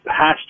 hashtag